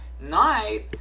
Night